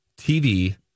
TV